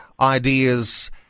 ideas